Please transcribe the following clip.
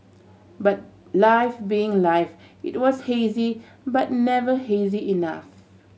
but life being life it was hazy but never hazy enough